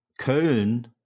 Köln